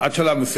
עד שלב מסוים.